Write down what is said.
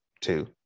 two